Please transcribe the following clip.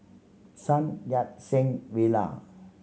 Sun Yat Sen Villa